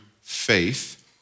faith